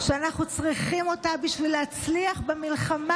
שאנחנו צריכים אותה בשביל להצליח במלחמה